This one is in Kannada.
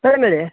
ಸರ್ ಏನು ಹೇಳಿ